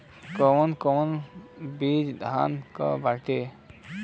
कौन कौन बिज धान के बाटे?